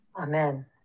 Amen